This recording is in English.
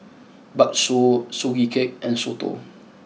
Bakso Sugee Cake and Soto